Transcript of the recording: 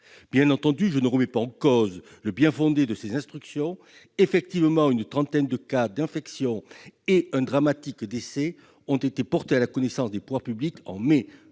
Bien entendu, je ne remets pas en cause le bien-fondé de ces recommandations. Il est vrai qu'une trentaine de cas d'infections et un dramatique décès ont été portés à la connaissance des pouvoirs publics en mai 2018